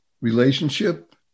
relationship